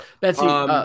Betsy